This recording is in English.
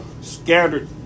scattered